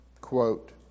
Quote